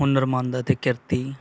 ਹੁਨਰਮੰਦ ਅਤੇ ਕਿਰਤੀ